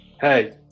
Hey